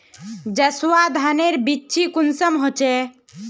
जसवा धानेर बिच्ची कुंसम होचए?